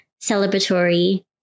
celebratory